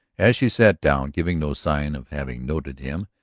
as she sat down, giving no sign of having noted him,